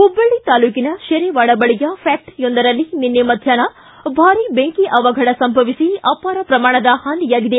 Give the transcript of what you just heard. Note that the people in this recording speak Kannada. ಹುಬ್ಬಳ್ಳಿ ತಾಲೂಕಿನ ಶೆರೆವಾಡ ಬಳಿಯ ಫ್ಯಾಕ್ಷರಿಯೊಂದರಲ್ಲಿ ನಿನ್ನೆ ಮಧ್ಯಾಹ್ನ ಭಾರಿ ಬೆಂಕಿ ಅವಘಡ ಸಂಭವಿಸಿ ಅಪಾರ ಪ್ರಮಾಣದ ಹಾನಿಯಾಗಿದೆ